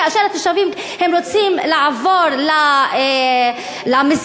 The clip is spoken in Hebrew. כאשר התושבים רוצים לעבור למסגד,